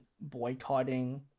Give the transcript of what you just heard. boycotting